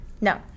No